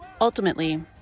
Ultimately